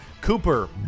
Cooper